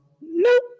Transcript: Nope